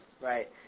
right